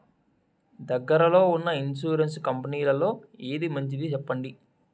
దగ్గర లో ఉన్న ఇన్సూరెన్సు కంపెనీలలో ఏది మంచిది? సెప్పండి?